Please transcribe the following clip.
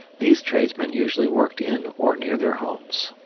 these tradesmen usually worked in or near their homes.